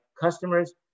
customers